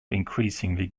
increasingly